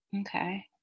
Okay